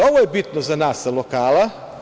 Ovo je bitno za nas sa lokala.